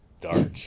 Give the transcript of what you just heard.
dark